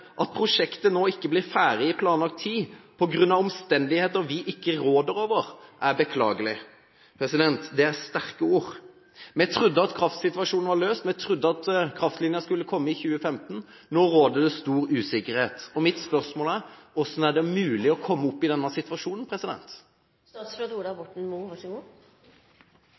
prosjektet nå ikke blir ferdig i planlagt tid på grunn av omstendigheter vi ikke råder over, er beklagelig.» Det er sterke ord. Vi trodde at kraftsituasjonen var løst. Vi trodde at kraftlinjen skulle komme i 2015. Nå råder det stor usikkerhet, og mitt spørsmål er: Hvordan er det mulig å komme i denne situasjonen?